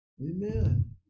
Amen